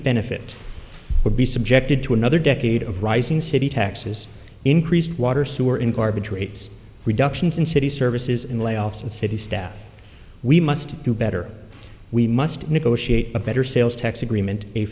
benefit would be subjected to another decade of rising city taxes increased water sewer in garbage rates reductions in city services in layoffs and city staff we must do better we must negotiate a better sales tax agreement a